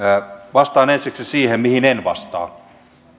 vastaan ensiksi siihen mihin en vastaa